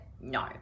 no